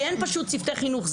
כי אין פשוט צוותי חינוך.